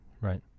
Right